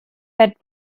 bett